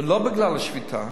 ולא בגלל השביתה,